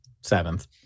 seventh